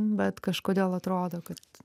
bet kažkodėl atrodo kad